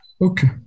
Okay